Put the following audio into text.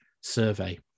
survey